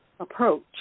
approach